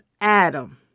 Adam